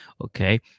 Okay